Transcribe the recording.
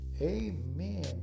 Amen